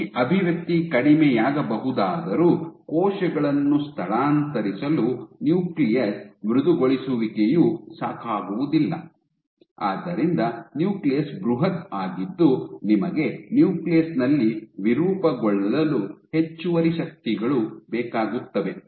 ಈ ಅಭಿವ್ಯಕ್ತಿ ಕಡಿಮೆಯಾಗಬಹುದಾದರೂ ಕೋಶಗಳನ್ನು ಸ್ಥಳಾಂತರಿಸಲು ನ್ಯೂಕ್ಲಿಯಸ್ ಮೃದುಗೊಳಿಸುವಿಕೆಯು ಸಾಕಾಗುವುದಿಲ್ಲ ಆದ್ದರಿಂದ ನ್ಯೂಕ್ಲಿಯಸ್ ಬೃಹತ್ ಆಗಿದ್ದು ನಿಮಗೆ ನ್ಯೂಕ್ಲಿಯಸ್ನಲ್ಲಿ ವಿರೂಪಗೊಳ್ಳಲು ಹೆಚ್ಚುವರಿ ಶಕ್ತಿಗಳು ಬೇಕಾಗುತ್ತವೆ